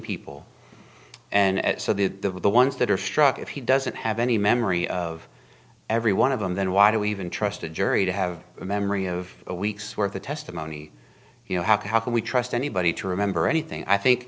people and so the with the ones that are struck if he doesn't have any memory of every one of them then why do we even trust a jury to have a memory of a week's worth of testimony you know how how can we trust anybody to remember anything i think